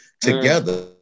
together